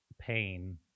pain